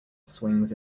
swings